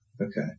Okay